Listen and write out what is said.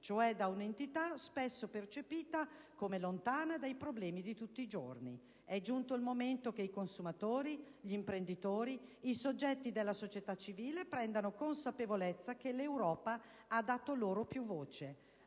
cioè da un'entità spesso percepita come lontana dai problemi di tutti i giorni. È giunto il momento che i consumatori, gli imprenditori, i soggetti della società civile prendano consapevolezza che l'Europa ha loro dato più voce.